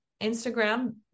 Instagram